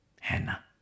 Hannah